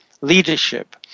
leadership